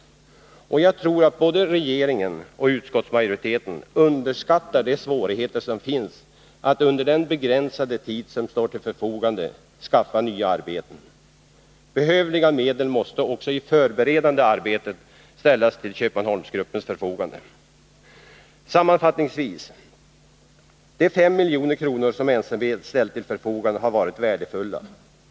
Jag tror att både regeringen och utskottsmajoriteten underskattar svårigheterna att under den begränsade tid som står till förfogande skaffa nya arbeten. Behövliga medel måste också i det förberedande arbetet ställas till Köpmanholmsgruppens förfogande. Sammanfattningsvis: De 5 milj.kr. som NCB ställt till förfogande har varit värdefulla.